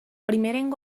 primerenc